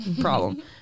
problem